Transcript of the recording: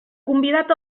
convidat